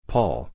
Paul